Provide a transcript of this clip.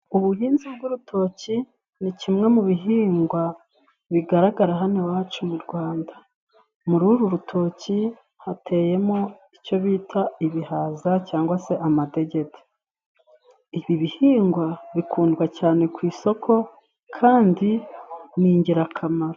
Ubuhinzi bw'urutoki ni kimwe mu bihingwa bigaragara hano iwacu mu Rwanda. Muri uru rutoki hateyemo icyo bita ibihaza cyangwa se amadegede. Ibi bihingwa bikundwa cyane ku isoko, kandi ni ingirakamaro.